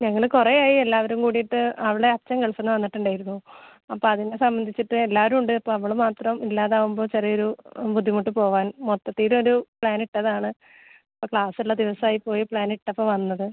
ഞങ്ങൾ കുറെ ആയി എല്ലാവരും കൂടീട്ട് അവൾടെ അച്ഛൻ ഗൾഫിന്ന് വന്നിട്ടുണ്ടായിരുന്നു അപ്പോൾ അതിനെ സംബന്ധിച്ചിട്ട് എല്ലാവരും ഉണ്ട് അപ്പോൾ അവൾ മാത്രം ഇല്ലാതാവുമ്പോൾ ചെറിയൊരു ബുദ്ധിമുട്ട് പോവാൻ മൊത്തത്തിലൊരു പ്ലാനിട്ടതാണ് അപ്പോൾ ക്ലാസ്സൊള്ള ദിവസമായി പോയി പ്ലാനിട്ടപ്പോൾ വന്നത്